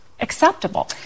acceptable